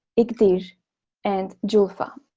idijr, and julfa